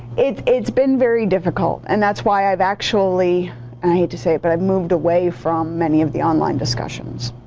it's it's been very difficult. and that's why i've actually, i hate to say it, but i've moved away from many of the online discussions.